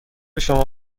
شما